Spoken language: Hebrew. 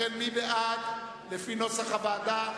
מי בעד, לפי נוסח הוועדה?